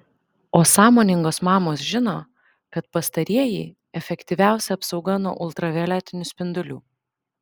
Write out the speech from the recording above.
o sąmoningos mamos žino kad pastarieji efektyviausia apsauga nuo ultravioletinių spindulių